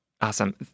Awesome